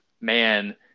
man